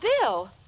Bill